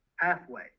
pathway